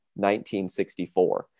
1964